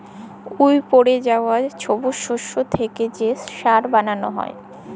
উইপড়ে যাউয়া ছবুজ শস্য থ্যাইকে যে ছার বালাল হ্যয়